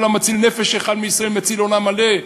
כל המציל נפש אחת מישראל מציל עולם מלא,